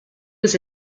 was